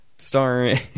Starring